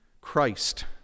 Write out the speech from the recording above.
Christ